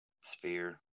sphere